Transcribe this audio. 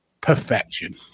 perfection